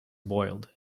boiled